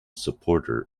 supporter